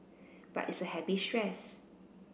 but it's happy stress